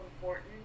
important